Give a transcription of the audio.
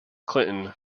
clinton